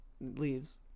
Leaves